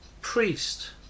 priest